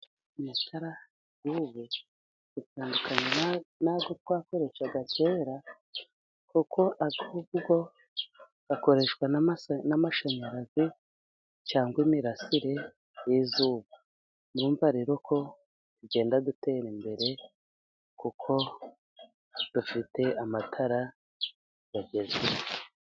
Amatara y'ubu atandutakanye n'ayo twakoreshaga kera, kuko ay'ubu yo akoreshwa n'amashanyarazi cyangwa imirasire y'izuba. Murumva rero ko tugenda dutera imbere, kuko dufite amatara agezweho.